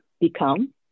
become